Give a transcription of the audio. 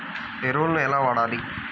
ఎరువులను ఎలా వాడాలి?